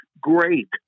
great